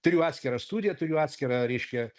turiu atskirą studiją turiu atskirą reiškia